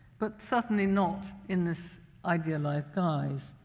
but certainly not in this idealized guise.